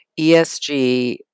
ESG